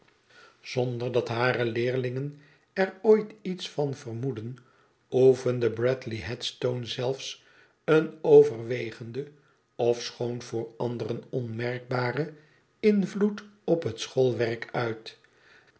zonder dat hare leerlingen er ooit iets van vermoedden oefende bradley headstone zelfs een overwegenden ofschoon voor anderen onmerkbaren invloed op het schoolwerk uit